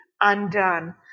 undone